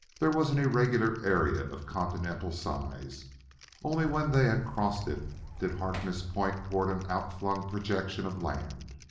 there was an irregular area of continental size only when they had crossed it did harkness point toward an outflung projection of land.